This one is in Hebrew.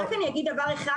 אז רק אני אגיד עוד דבר אחד.